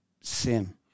sin